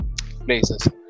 places